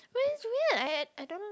but it's weird I I I don't